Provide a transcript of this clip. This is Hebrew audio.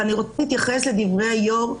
אבל אני אתייחס לדברי היו"ר,